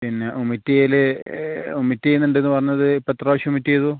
പിന്നെ വൊമിറ്റ് ചെയ്യൽ വോമിറ്റ് ചെയ്യുന്നുണ്ടെന്ന് പറഞ്ഞത് ഇപ്പം എത്ര പ്രാവശ്യം വോമിറ്റ് ചെയ്തു